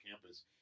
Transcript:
campus